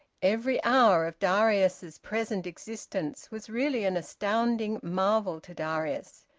every hour of darius's present existence was really an astounding marvel to darius.